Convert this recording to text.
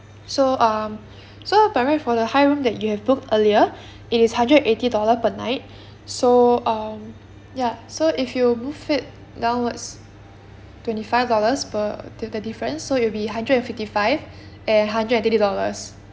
so um so by right for the high room that you have booked earlier it is hundred eighty dollar per night so um ya so if you move it downwards twenty five dollars per the difference so it'll be hundred and fifty five and hundred and thirty dollars